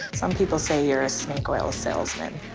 some people say you're a snake oil salesman.